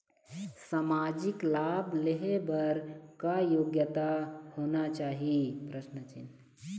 सामाजिक लाभ लेहे बर का योग्यता होना चाही?